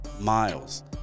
miles